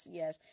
yes